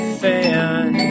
fan